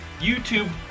YouTube